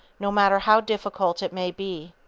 no matter how difficult it may be.